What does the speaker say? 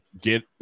Get